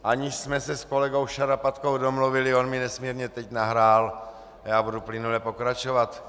Aniž jsme se s kolegou Šarapatkou domluvili, on mi nesmírně teď nahrál a já budu plynule pokračovat.